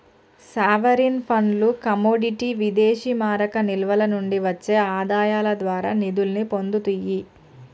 sovereign ఫండ్లు commodity విదేశీమారక నిల్వల నుండి వచ్చే ఆదాయాల ద్వారా నిధుల్ని పొందుతియ్యి